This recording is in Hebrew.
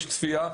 יש צפייה,